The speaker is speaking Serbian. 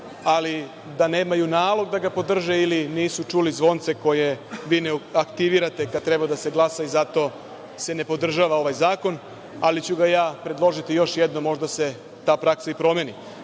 ali da nemaju nalog da ga podrže ili nisu čuli zvonce koje vi aktivirate kada treba da se glasa i zato se ne podržava ovaj zakon. Ali predložiću ga još jednom, možda se ta praksa i promeni. Dakle,